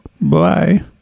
bye